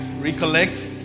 recollect